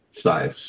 size